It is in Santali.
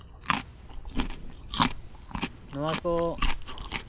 ᱱᱚᱣᱟ ᱠᱚ